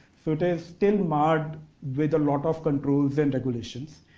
so it is still marred with a lot of controls and regulations,